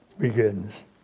begins